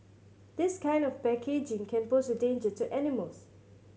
this kind of packaging can pose a danger to animals